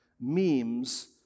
memes